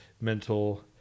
mental